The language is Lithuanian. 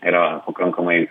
yra pakankamai